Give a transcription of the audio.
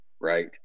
right